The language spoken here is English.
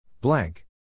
Blank